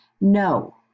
no